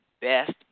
best